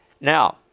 Now